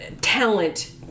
talent